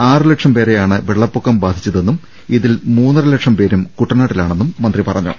ആറുലക്ഷം പേരെയാണ് വെള്ളപ്പൊക്കം ബാധി ച്ചുതെന്നും ഇതിൽ മൂന്നരലക്ഷം പേരും കുട്ടനാട്ടിലാ ണെന്നും മന്ത്രി പറഞ്ഞു